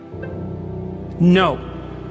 No